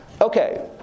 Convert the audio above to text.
Okay